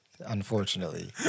Unfortunately